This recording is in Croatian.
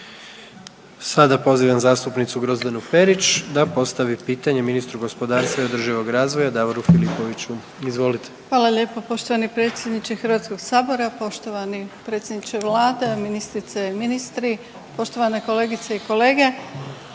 Sada pozivam zastupnicu Grozdanu Perić da postavi pitanje ministru gospodarstva i održivog razvoja Davoru Filipoviću, izvolite. **Perić, Grozdana (HDZ)** Hvala lijepo poštovani predsjedniče Hrvatskog sabora, poštovani predsjedniče Vlade, ministrice, ministri, poštovane kolegice i kolege.